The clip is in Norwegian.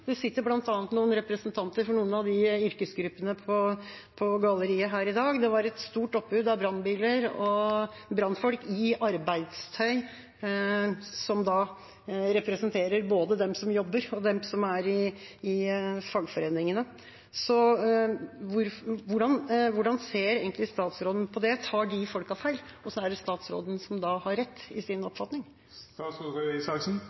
sitter bl.a. noen representanter for noen av de yrkesgruppene på galleriet i dag. Det var et stort oppbud av brannbiler og brannfolk i arbeidstøy, som representerer både de som jobber der, og de som er i fagforeningene. Hvordan ser egentlig statsråden på det? Tar de folkene feil, og er det statsråden som da har rett i sin